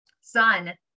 son